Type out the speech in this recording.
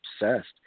obsessed